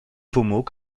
pommeau